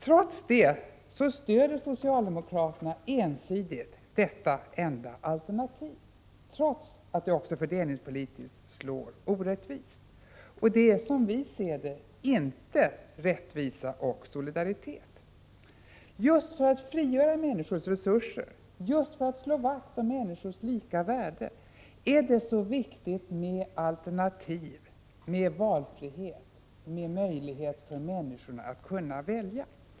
Trots detta stöder socialdemokraterna ensidigt detta enda alternativ — trots att det också slår fördelningspolitiskt orättvist. Detta är som vi ser det inte rättvisa och solidaritet. Just för att frigöra människors resurser, just för att slå vakt om människors lika värde är det så viktigt med alternativ, med valfrihet, med möjlighet för människorna att kunna välja.